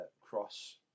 cross